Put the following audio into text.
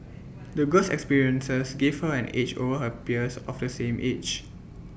the girl's experiences gave her an edge over her peers of the same age